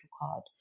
card